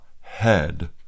head